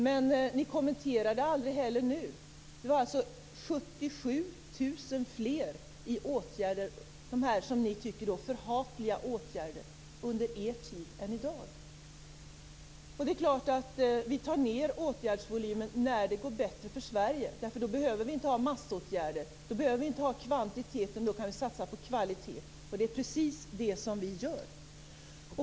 Men ni kommenterade aldrig heller att det var 77 000 fler i åtgärder, som ni tycker förhatliga åtgärder, under er tid än i dag. Vi tar ned åtgärdsvolymen när det går bättre för Sverige därför att vi då inte behöver ha massåtgärder, då behöver vi inte ha kvantiteter utan kan satsa på kvalitet. Det är precis det som vi gör.